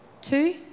Two